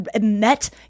met